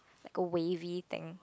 like a wavy thing